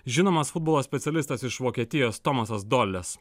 žinomas futbolo specialistas iš vokietijos tomasas doles